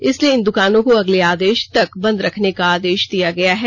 इसलिए इन दुकानों को अगले आदेश तक बंद रखने का आदेश दिया है